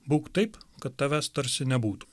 būk taip kad tavęs tarsi nebūtų